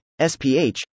SPH